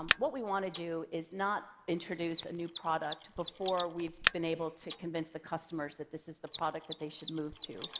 um what we want to do is not introduce a new product before we've been able to convince the customers that this is the product that they should move to,